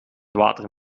water